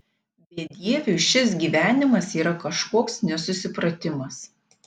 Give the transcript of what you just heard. bedieviui šis gyvenimas yra kažkoks nesusipratimas